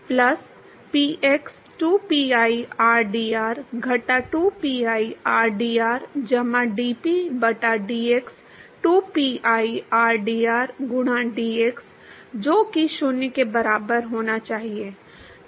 plus px 2pi rdr घटा 2pi rdr जमा dp बटा dx 2pi rdr गुणा dx जो कि 0 के बराबर होना चाहिए